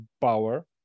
power